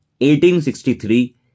1863